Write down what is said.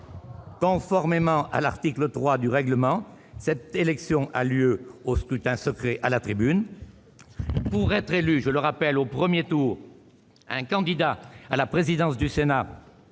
Conformément à l'article 3 du règlement, cette élection a lieu au scrutin secret à la tribune. Pour être élu au premier tour, un candidat à la présidence du Sénat